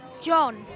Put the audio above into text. John